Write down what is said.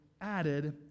added